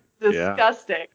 Disgusting